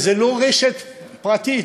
וזאת לא רשת פרטית,